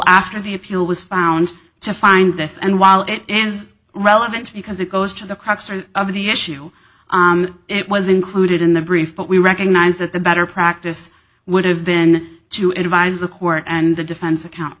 after the appeal was found to find this and while it is relevant because it goes to the crux of the issue it was included in the brief but we recognize that the better practice would have been to advise the court and the defense accoun